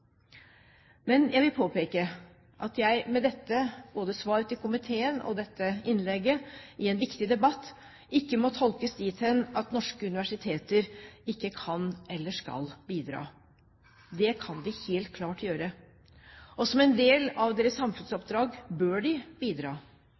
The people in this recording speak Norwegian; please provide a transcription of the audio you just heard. Men jeg vil påpeke at jeg med dette – både svaret til komiteen og dette innlegget – i en viktig debatt ikke må tolkes dit hen at norske universiteter og høyskoler ikke kan eller skal bidra. Det kan de helt klart gjøre. Og som en del av deres